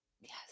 Yes